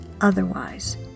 otherwise